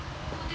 orh